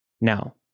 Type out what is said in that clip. Now